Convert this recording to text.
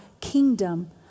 kingdom